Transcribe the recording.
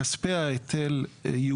כספי ההיטל,